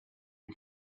and